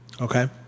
Okay